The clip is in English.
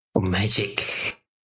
Magic